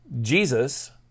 Jesus